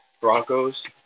Broncos